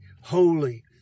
holy